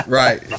right